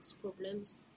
problems